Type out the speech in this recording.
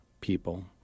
people